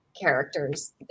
characters